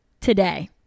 today